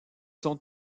sont